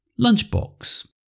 lunchbox